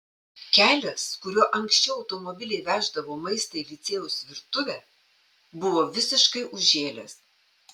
kelias kuriuo anksčiau automobiliai veždavo maistą į licėjaus virtuvę buvo visiškai užžėlęs